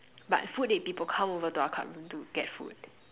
but food eight people come over to our club room to get food